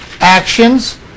Actions